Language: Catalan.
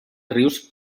rius